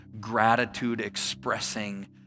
gratitude-expressing